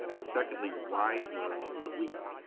and secondly, why the the leap?